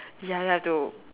ya then have to